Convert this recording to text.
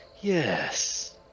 yes